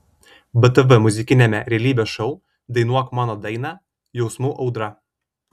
btv muzikiniame realybės šou dainuok mano dainą jausmų audra